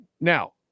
now